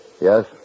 Yes